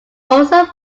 also